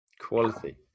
Quality